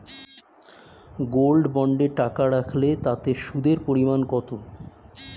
Gold বন্ডে টাকা রাখলে তা সুদের পরিমাণ কত?